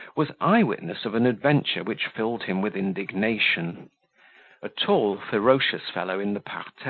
was eye-witness of an adventure which filled him with indignation a tall, ferocious fellow, in the parterre,